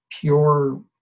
pure